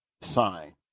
sign